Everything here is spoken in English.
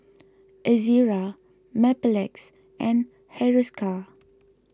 Ezerra Mepilex and Hiruscar